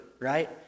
right